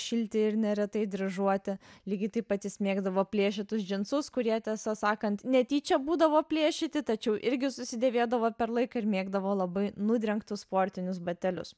šilti ir neretai dryžuoti lygiai taip pat jis mėgdavo plėšytus džinsus kurie tiesą sakant netyčia būdavo plėšyti tačiau irgi susidėvėdavo per laiką ir mėgdavo labai nudrengtus sportinius batelius